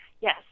Yes